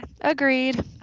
Agreed